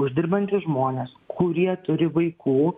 uždirbantys žmonės kurie turi vaikų